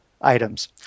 items